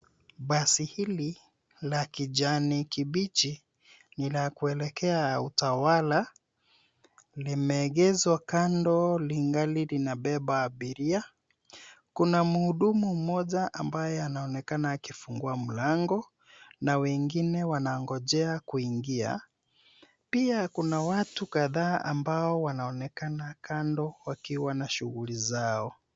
Basi hili la kijani kibichi ni la kuelekea Utawala . Limeegeshwa kando, lingali linabeba abiria. Kuna mhudumu mmoja ambaye anaonekana akifungua mlango na wengine wanangojea kuingia. Pia kuna watu kadhaa ambao wanaonekana kando wakiwa na shughuli zao.